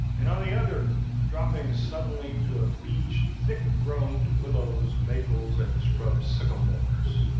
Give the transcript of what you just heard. and on the other dropping suddenly to a beach thick-grown to willows, maples, and scrub sycamores.